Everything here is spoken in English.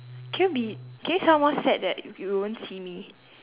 can you be can you sound more sad that if you won't see me